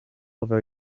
over